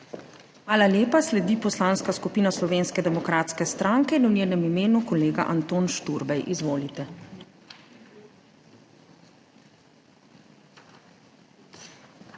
Hvala lepa. Sledi Poslanska skupina Slovenske demokratske stranke in v njenem imenu kolega Anton Šturbej. Izvolite.